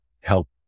help